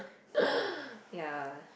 ya